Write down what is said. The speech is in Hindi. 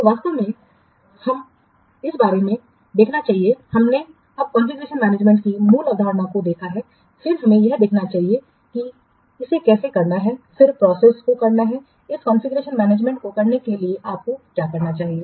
तो वास्तव में अगले वास्तव में हम के बारे में देखना चाहिए हमने अब कॉन्फ़िगरेशन मैनेजमेंटकी मूल अवधारणा को देखा है फिर हमें यह देखना चाहिए कि इसे कैसे करना है किस प्रोसेसको करना है इस कॉन्फ़िगरेशन मैनेजमेंटको करने के लिए आपको क्या करना चाहिए